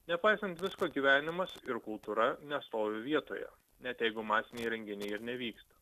nepaisant visko gyvenimas ir kultūra nestovi vietoje net jeigu masiniai renginiai ir nevyksta